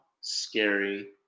scary